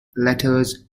letters